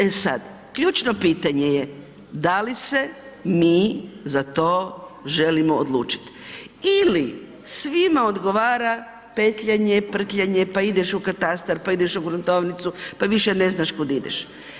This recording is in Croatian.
E sad ključno pitanje je, da li se mi za to želimo odlučit ili svima odgovara petljanje, prtljanje, pa ideš u katastar, pa ideš u gruntovnicu, pa više ne znaš kud ideš?